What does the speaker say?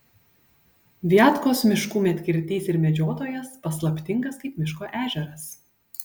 viatkos miškų medkirtys ir medžiotojas paslaptingas kaip miško ežeras